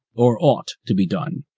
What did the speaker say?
or ought to be done.